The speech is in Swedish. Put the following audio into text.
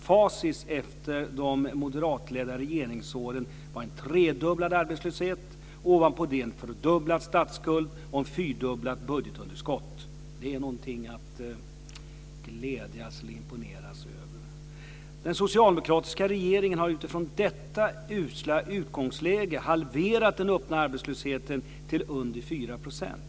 Facit efter de moderatledda regeringsåren var en tredubblad arbetslöshet och ovanpå det en fördubblad statsskuld och ett fyrdubblat budgetunderskott. Det är någonting att glädjas över eller imponeras av. Den socialdemokratiska regeringen har utifrån detta usla utgångsläge halverat den öppna arbetslösheten till under 4 %.